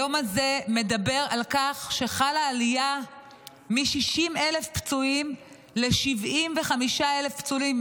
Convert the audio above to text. היום הזה מדבר על כך שחלה עלייה מ-60,000 פצועים ל-75,000 פצועים,